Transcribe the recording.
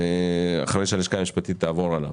אחרי שהלשכה המשפטית תעבור עליו,